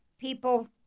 people